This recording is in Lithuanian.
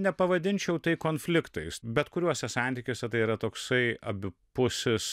nepavadinčiau tai konfliktais bet kuriuose santykiuose tai yra toksai abipusis